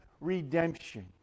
redemption